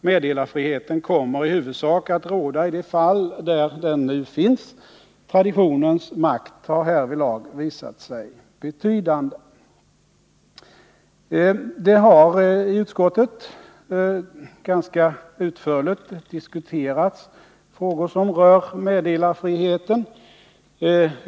Meddelarfriheten kommer i huvudsak att råda i de fall där den nu finns. Traditionens makt har härvidlag visat sig vara betydande. I utskottet har ganska utförligt diskuterats frågor som berör meddelarfri heten.